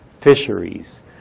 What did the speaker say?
Fisheries